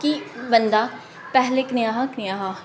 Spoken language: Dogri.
कि बंदा पैह्ले कनेहा हा कनेहा हा